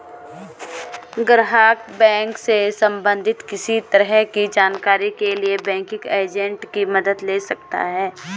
ग्राहक बैंक से सबंधित किसी तरह की जानकारी के लिए बैंकिंग एजेंट की मदद ले सकता है